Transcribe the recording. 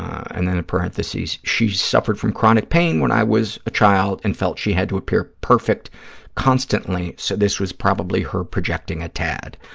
and then in parentheses, she suffered from chronic pain when i was a child and felt she had to appear perfect constantly, so this was probably her projecting a tad.